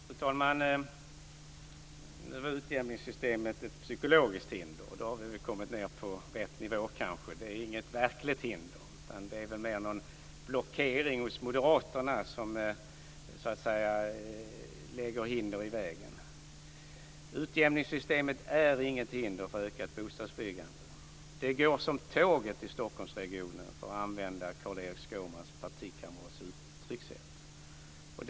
Fru talman! Nu var utjämningssystemet ett psykologiskt hinder. Då har vi kanske kommit ned på rätt nivå. Det är alltså inte fråga om ett verkligt hinder, utan det är väl mer en blockering hos moderaterna som så att säga lägger hinder i vägen. Utjämningssystemet är inget hinder för ett ökat bostadsbyggande. Det går som tåget i Stockholmsregionen, för att använda Carl-Erik Skårmans partikamrats uttryckssätt.